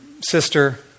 sister